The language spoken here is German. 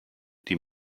die